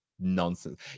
nonsense